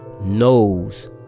knows